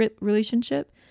relationship